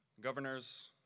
governors